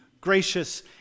gracious